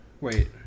wait